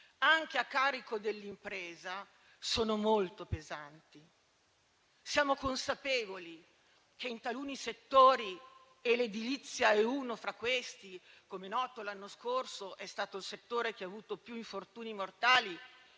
anche a carico dell'impresa, sono molto pesanti. Siamo consapevoli che in taluni settori (l'edilizia è uno fra questi, come noto l'anno scorso è stato il settore che ha avuto più infortuni mortali)